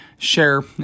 share